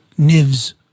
niv's